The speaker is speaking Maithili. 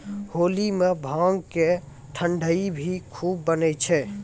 होली मॅ भांग के ठंडई भी खूब बनै छै